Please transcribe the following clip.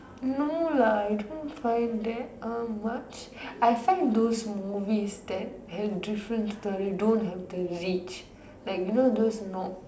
no lah I don't find that uh much I find those movies that have different stories don't have the reach like you know those no